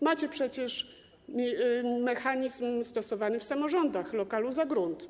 Macie przecież mechanizm stosowany w samorządach: lokal za grunt.